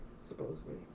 supposedly